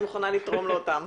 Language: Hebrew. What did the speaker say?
אני מוכנה לתרום לו אותם,